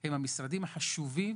הם המשרדים החשובים